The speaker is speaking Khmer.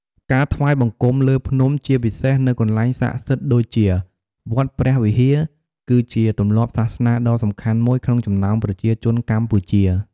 ការថ្វាយបង្គំលើភ្នំ ជាពិសេសនៅកន្លែងស័ក្តិសិទ្ធិដូចជាវត្តព្រះវិហារ គឺជាទម្លាប់សាសនាដ៏សំខាន់មួយក្នុងចំណោមប្រជាជនកម្ពុជា។